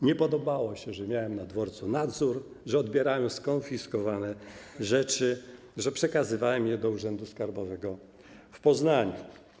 Nie podobało się, że miałem na dworcu nadzór, że odbierałem skonfiskowane rzeczy, że przekazywałem je do Urzędu Skarbowego w Poznaniu.